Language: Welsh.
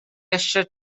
eisiau